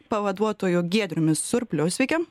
pavaduotoju giedriumi surpliu sveiki